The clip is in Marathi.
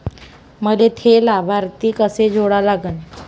मले थे लाभार्थी कसे जोडा लागन?